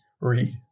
read